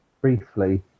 briefly